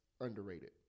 underrated